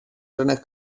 trenes